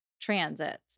transits